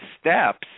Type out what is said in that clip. steps